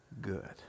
good